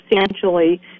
substantially